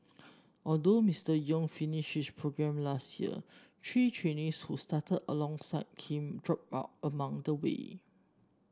although Mister Yong finished his programme last year three trainees who started alongside him dropped out along the way